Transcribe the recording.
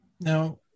Now